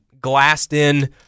glassed-in